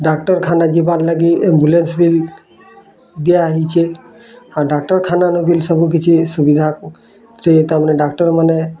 ଡାକ୍ତରଖାନା ଯିବାର୍ ଲାଗି ଆମ୍ବୁଲାନ୍ସ ବି ଦିଆ ହେଇଛେ ଆଉ ଡାକ୍ତରଖାନାର ବିଲ୍ ସବୁ କିଛି ସୁବିଧାରେ ତାର୍ ମାନେ ଡାକ୍ତର୍ ମାନେ